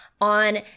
on